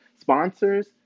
sponsors